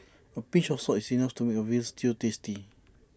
A pinch of salt is enough to make A Veal Stew tasty